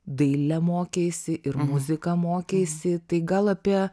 dailę mokeisi ir muziką mokeisi tai gal apie